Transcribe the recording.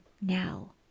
Now